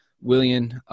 William